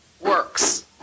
works